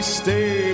stay